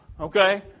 Okay